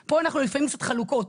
פה אנחנו לפעמים קצת חלוקות.